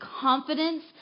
confidence